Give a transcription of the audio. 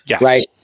Right